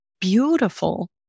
beautiful